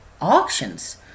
auctions